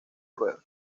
rueda